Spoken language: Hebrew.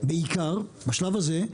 בעיקר בשלב הזה,